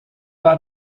war